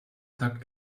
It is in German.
takt